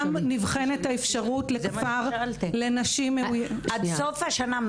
גם נבחנת האפשרות לכפר --- מה היעד עד סוף השנה?